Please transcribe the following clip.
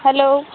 hello